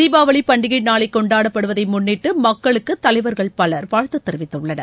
தீபாவளி பண்டிகை நாளை கொண்டாடப் படுவதை முன்னிட்டு மக்களுக்கு தலைவர்கள் பலர் வாழ்த்து தெரிவித்துள்ளனர்